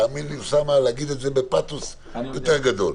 תאמין לי שאני יכול לומר את הדברים בפאתוס יותר גדול.